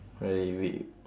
really we